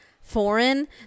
foreign